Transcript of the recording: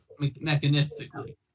mechanistically